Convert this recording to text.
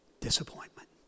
Disappointment